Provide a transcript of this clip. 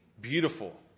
beautiful